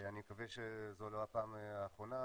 אני מקווה שזו לא הפעם האחרונה,